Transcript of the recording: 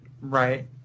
Right